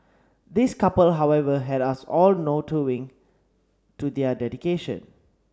this couple however had us all to their dedication